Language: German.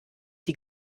die